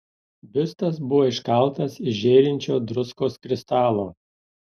biustas buvo iškaltas iš žėrinčio druskos kristalo